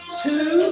two